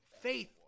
faith